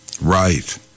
Right